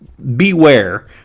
Beware